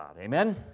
Amen